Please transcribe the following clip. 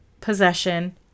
possession